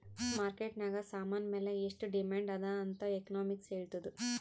market ನಾಗ್ ಸಾಮಾನ್ ಮ್ಯಾಲ ಎಷ್ಟು ಡಿಮ್ಯಾಂಡ್ ಅದಾ ಅಂತ್ ಎಕನಾಮಿಕ್ಸ್ ಹೆಳ್ತುದ್